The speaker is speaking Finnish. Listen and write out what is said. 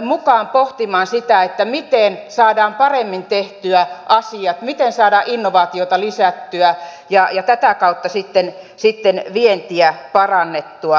mukaan pohtimaan sitä miten saadaan paremmin tehtyä asiat miten saadaan innovaatioita lisättyä ja tätä kautta sitten vientiä parannettua